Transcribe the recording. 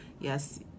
Yes